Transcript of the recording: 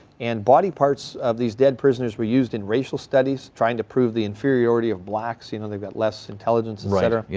and body parts of these dead prisoners were used in racial studies trying to prove the inferiority of blacks, you know they've got less intelligence and etc, yeah